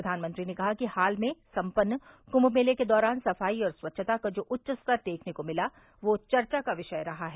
प्रधानमंत्री ने कहा कि हाल में सम्पन्न कुम्म मेले के दौरान सफाई और स्वच्छता का जो उच्च स्तर देखने को मिला वह चर्चा का विषय रहा है